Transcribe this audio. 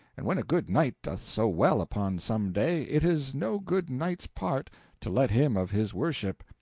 and when a good knight doth so well upon some day, it is no good knight's part to let him of his worship,